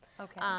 okay